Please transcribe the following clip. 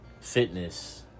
fitness